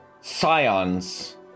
scions